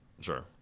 Sure